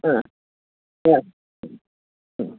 हा हा हा